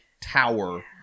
Tower